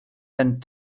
and